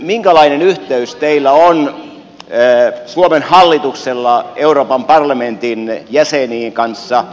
minkälainen yhteys teillä suomen hallituksella on euroopan parlamentin jäsenien kanssa